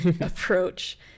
approach